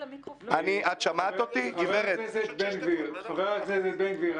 חבר הכנסת בן גביר,